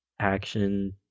action